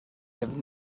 have